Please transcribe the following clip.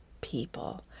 people